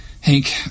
Hank